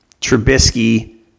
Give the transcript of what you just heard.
Trubisky